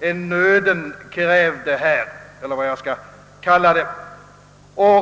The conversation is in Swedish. än nöden krävde — om jag nu skall använda det uttrycket.